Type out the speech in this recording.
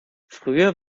früher